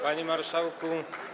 Panie Marszałku!